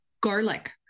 Garlic